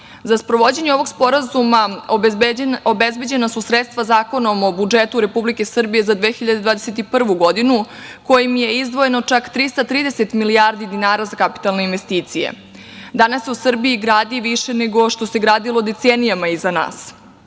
sprovođenje ovog sporazuma obezbeđena su sredstva Zakonom o budžetu Republike Srbije za 2021. godinu, kojim se izdvojeno čak 330 milijardi dinara za kapitalne investicije. Danas se u Srbiji gradi više nego što se gradilo decenijama iza nas.